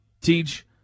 Teach